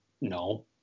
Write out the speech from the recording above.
no